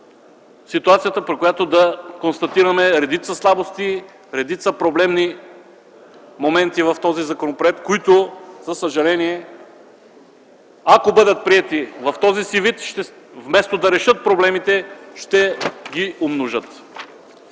ситуацията, при която да констатираме редица слабости, редица проблемни моменти в този законопроект, които за съжаление, ако бъдат приети в този си вид, вместо да решат проблемите, ще ги умножат.